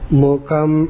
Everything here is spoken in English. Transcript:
mukam